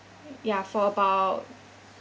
ya for about